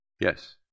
Yes